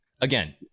again